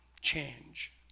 change